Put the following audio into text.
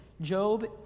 Job